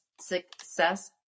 success